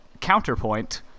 counterpoint